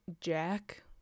jack